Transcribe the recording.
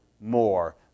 more